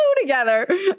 together